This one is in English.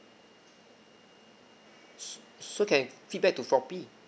so so can feedback to Shopee